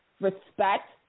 respect